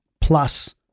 plus